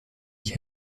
die